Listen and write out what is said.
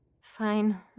Fine